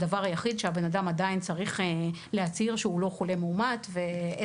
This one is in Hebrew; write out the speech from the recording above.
הדבר היחיד שהאדם עדיין צריך להצהיר הוא שהוא לא חולה מאומת ולא